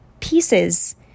pieces